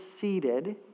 seated